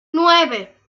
nueve